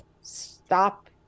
Stop